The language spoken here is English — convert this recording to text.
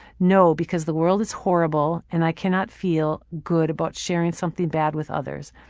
no, because the world is horrible and i can not feel good about sharing something bad with others.